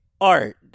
art